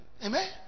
Amen